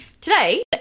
Today